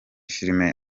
filime